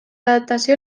adaptació